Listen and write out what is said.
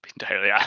entirely